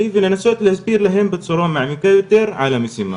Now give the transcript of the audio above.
ולנסות להסביר להם בצורה מעמיקה יותר על המשימה